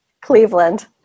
Cleveland